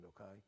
okay